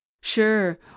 Sure